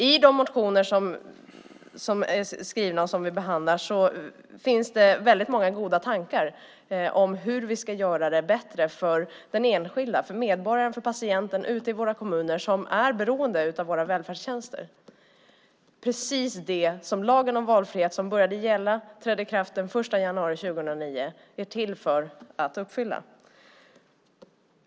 I de motioner som är skrivna och som vi behandlar finns det många goda tankar om hur vi ska göra det bättre för den enskilda, för medborgaren och för patienten ute i våra kommuner som är beroende av våra välfärdstjänster. Det är precis det som lagen om valfrihet som började gälla och trädde i kraft den 1 januari 2009 är till för att uppfylla.